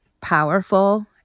powerful